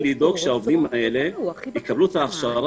זה לדאוג שהעובדים האלה יקבלו את ההכשרה